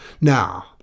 Now